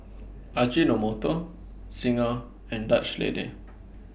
Ajinomoto Singha and Dutch Lady